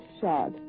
shot